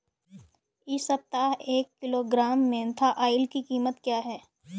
इस सप्ताह एक किलोग्राम मेन्था ऑइल की कीमत क्या है?